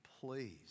please